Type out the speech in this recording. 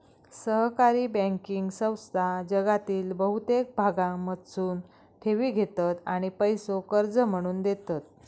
सहकारी बँकिंग संस्था जगातील बहुतेक भागांमधसून ठेवी घेतत आणि पैसो कर्ज म्हणून देतत